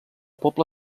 poble